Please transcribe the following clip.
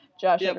Josh